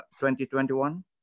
2021